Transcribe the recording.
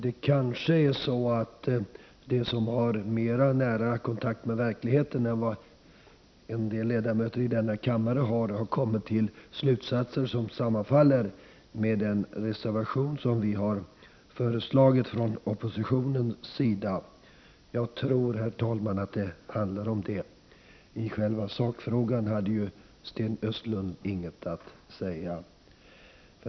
Det är kanske så, att de slutsatser som de har dragit som har mera kontakt med verkligheten än vad en del ledamöter av denna kammare har sammanfaller med den reservation som vi i oppositionen avgivit. Jag tror, herr talman, att det handlar om det. I själva sakfrågan hade ju Sten Östlund ingenting att säga.